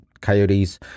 coyotes